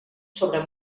sobre